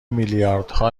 میلیاردها